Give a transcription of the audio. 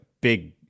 big